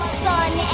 sun